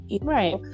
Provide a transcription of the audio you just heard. right